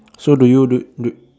so do you do you